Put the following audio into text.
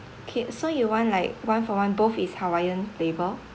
okay so you want like one for one both is hawaiian flavour